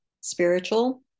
spiritual